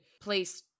place